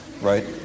right